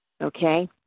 okay